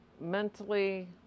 mentally